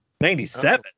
97